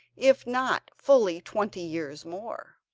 if not fully twenty years more.